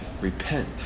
repent